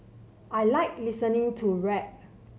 I like listening to rap